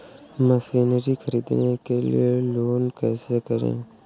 Machinery ख़रीदने के लिए लोन कैसे करें?